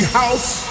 house